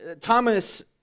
Thomas